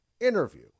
interview